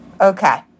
Okay